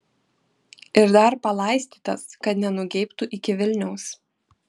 ir dar palaistytas kad nenugeibtų iki vilniaus